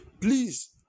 please